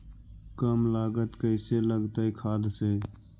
कम लागत कैसे लगतय खाद से?